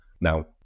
Now